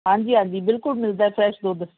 ਹਾਂਜੀ ਹਾਂਜੀ ਬਿਲਕੁਲ ਮਿਲਦਾ ਫਰੈਸ਼ ਦੁੱਧ